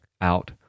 out